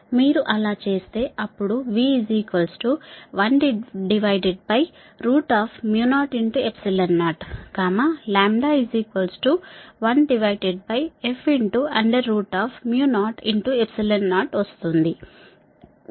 మీరు అలా చేస్తే అప్పుడు v100 1f00 వస్తుంది